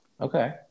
Okay